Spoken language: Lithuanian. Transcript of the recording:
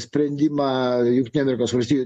sprendimą jungtinių amerikos valstijų